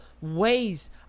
ways